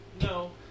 No